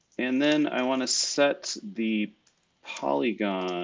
and then i want to set the polygon